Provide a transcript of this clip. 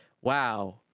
wow